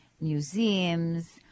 museums